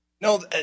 No